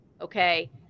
okay